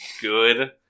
good